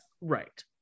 right